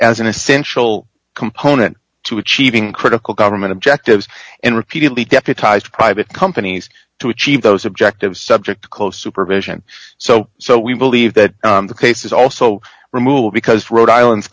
as an essential component to achieving critical government objectives and repeatedly deputized private companies to achieve those objectives subject close supervision so so we believe that the case is also removable because rhode island